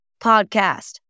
Podcast